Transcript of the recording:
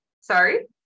sorry